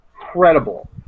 incredible